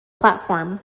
platform